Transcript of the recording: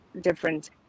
different